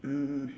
mm